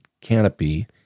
canopy